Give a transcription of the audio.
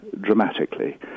Dramatically